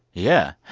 yeah.